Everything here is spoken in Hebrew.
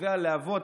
חוצבי הלהבות?